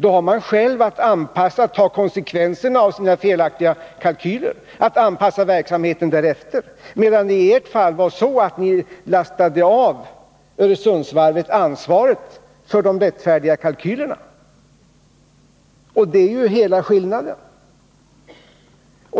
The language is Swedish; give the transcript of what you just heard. Då har man själv att ta konsekvenserna av sina felaktiga kalkyler och anpassa verksamheten därefter. I ert fall var det däremot så att ni lastade av Öresundsvarvet ansvaret för de lättfärdiga kalkylerna. Det är ju där skillnaden